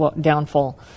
downfall